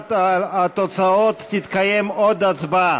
הכרזת התוצאות תתקיים עוד הצבעה.